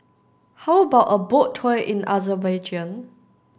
how about a boat tour in Azerbaijan